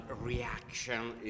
reaction